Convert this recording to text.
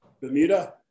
Bermuda